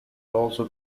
also